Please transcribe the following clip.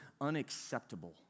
unacceptable